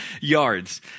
yards